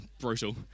Brutal